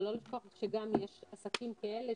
אבל לא לשכוח שיש גם עסקים כאלה,